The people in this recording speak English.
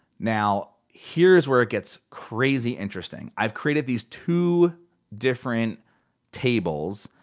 now, here's where it gets crazy interesting. i've created these two different tables,